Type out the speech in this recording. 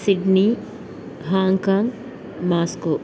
Sydney Hong Kong Moscow